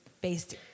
based